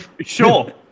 Sure